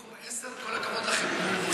בחור עשר, כל הכבוד לכם.